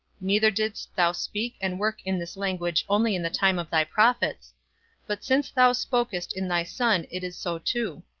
neither didst thou speak and work in this language only in the time of thy prophets but since thou spokest in thy son it is so too.